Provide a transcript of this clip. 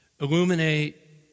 illuminate